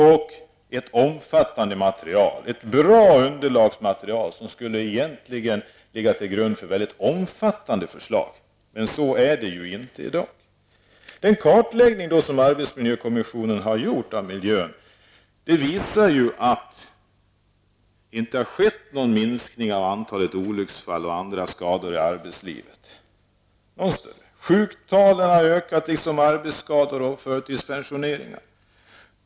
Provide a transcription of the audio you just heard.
Det var ett bra underlagsmaterial, som egentligen borde ha legat till grund för väldigt omfattande förslag. Men så är det inte i dag. Den kartläggning som arbetsmiljökommissionen har gjort av miljön bevisar ju att det inte har skett någon minskning av antalet olycksfall och andra skador i arbetslivet. Sjuktalen har ökat liksom antalet arbetsskador och antalet förtidspensionerade.